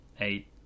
eight